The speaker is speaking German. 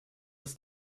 ist